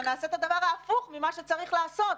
נעשה את הדבר ההפוך למה שצריך לעשות.